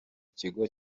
kigo